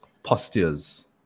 postures